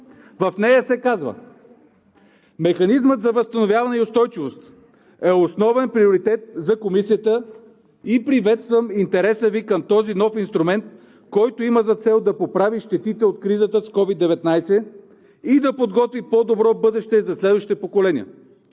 В нея се казва: „Механизмът за възстановяване и устойчивост е основен приоритет за Комисията и приветствам интереса Ви към този нов инструмент, който има за цел да поправи щетите от кризата с COVID-19 и да подготви по-добро бъдеще за следващите поколения.